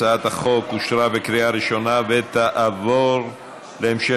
הצעת החוק התקבלה בקריאה ראשונה ותועבר להמשך